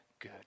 good